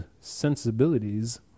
sensibilities